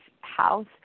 house